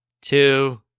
two